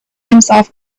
himself